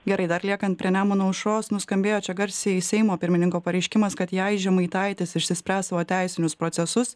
gerai dar liekant prie nemuno aušros nuskambėjo čia garsiai seimo pirmininko pareiškimas kad jei žemaitaitis išsispręs savo teisinius procesus